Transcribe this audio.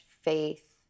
faith